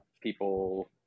people